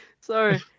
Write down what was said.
Sorry